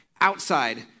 outside